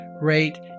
rate